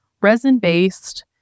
resin-based